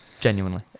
genuinely